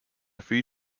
three